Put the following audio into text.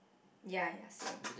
ya ya same